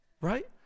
right